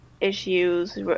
issues